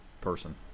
person